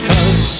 Cause